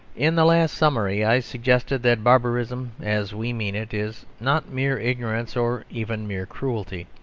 in the last summary i suggested that barbarism, as we mean it, is not mere ignorance or even mere cruelty.